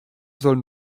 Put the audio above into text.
sollen